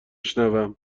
شنوم